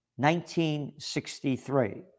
1963